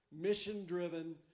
mission-driven